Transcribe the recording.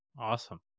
Awesome